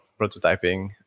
prototyping